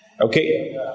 Okay